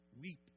weep